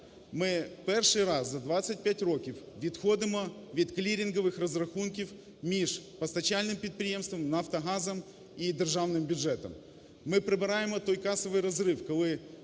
Ми перший раз за 25 років відходимо від клірингових розрахунків між постачальним підприємством "Нафтогазом" і державним бюджетом. Ми прибираємо той касовий розрив, коли